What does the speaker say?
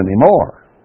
anymore